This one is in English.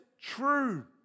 true